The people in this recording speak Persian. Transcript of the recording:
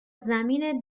زمین